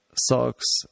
socks